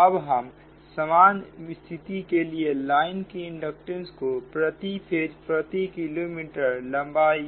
अब हम समान स्थिति के लिए लाइन के इंडक्टेंस को प्रति फेज प्रति किलोमीटर लंबाई